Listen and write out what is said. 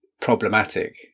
problematic